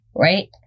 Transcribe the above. right